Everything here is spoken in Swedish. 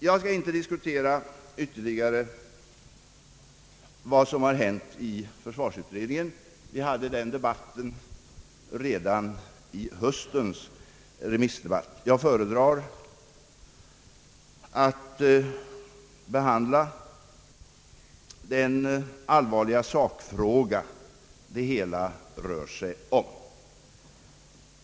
Jag skall inte diskutera ytterligare vad som har hänt i försvarsutredningen. Vi förde den debatten redan i höstens remissdebatt. Jag föredrar att behandla den allvarliga sakfråga det hela rör sig om.